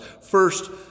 First